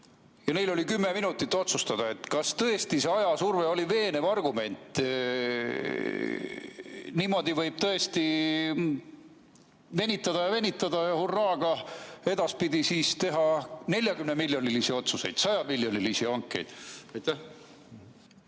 Ja neil oli kümme minutit aega otsustada. Kas tõesti see ajasurve oli veenev argument? Niimoodi võib tõesti venitada ja venitada ja hurraaga edaspidi teha 40‑miljonilisi otsuseid, 100‑miljonilisi hankeid.